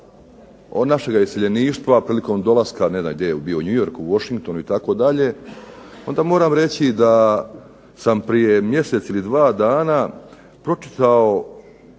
našega iseljeništva prilikom dolaska ne znam gdje je bio u New Worku, Washinghtonu itd. onda moram reći da sam prije mjesec ili dva dana pročitao